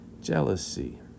jealousy